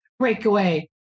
Breakaway